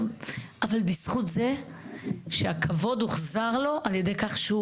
אבל בזכות זה שהכבוד הוחזר לו על ידי כך שהוא